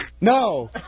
No